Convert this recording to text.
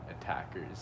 attackers